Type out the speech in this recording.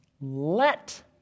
Let